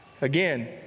Again